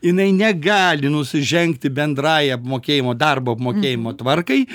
jinai negali nusižengti bendrąjai apmokėjimo darbo apmokėjimo tvarkai